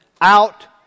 out